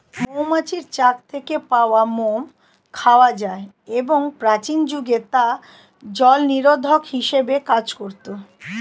মৌমাছির চাক থেকে পাওয়া মোম খাওয়া যায় এবং প্রাচীন যুগে তা জলনিরোধক হিসেবে কাজ করত